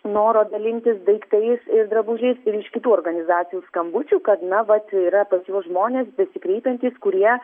noro dalintis daiktais ir drabužiais ir iš kitų organizacijų skambučių kad na vat yra pas juos žmonės besikreipiantys kurie